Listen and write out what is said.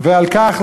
ועל כך,